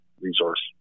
resource